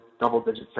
double-digit